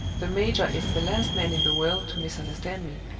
the major is the last man in the world to misunderstand me.